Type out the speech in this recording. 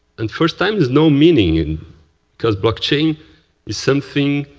and first time, there's no meaning, and because blockchain is something,